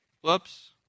Whoops